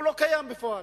הוא לא קיים בפועל,